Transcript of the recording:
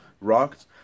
rocked